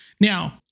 now